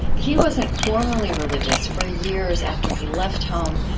he wasn't formally religious for years after he left home,